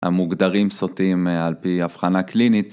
המוגדרים סוטים על פי אבחנה קלינית.